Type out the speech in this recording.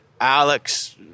Alex